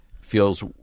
feels